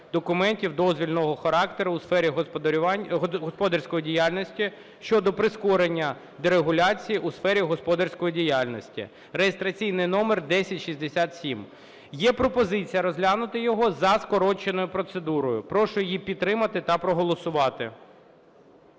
документів дозвільного характеру у сфері господарської діяльності" щодо прискорення дерегуляції у сфері господарської діяльності (реєстраційний номер 1067). Є пропозиція розглянути його за скороченою процедурою. Прошу її підтримати та проголосувати.